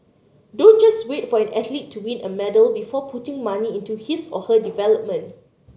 don't just wait for an athlete to win a medal before putting money into his or her development